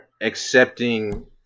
accepting